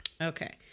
Okay